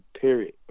period